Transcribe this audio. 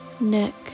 neck